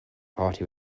party